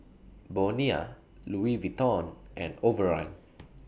Bonia Louis Vuitton and Overrun